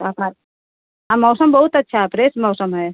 यहाँ पास हाँ मौसम बहुत अच्छा है फ्रेस मौसम है